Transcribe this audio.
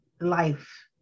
life